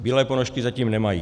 Bílé ponožky zatím nemají.